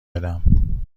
بدم